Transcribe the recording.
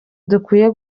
dukwiye